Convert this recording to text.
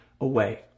away